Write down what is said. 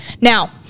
Now